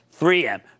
3M